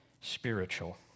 spiritual